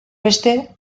beste